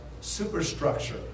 superstructure